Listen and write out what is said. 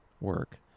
work